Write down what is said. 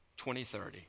2030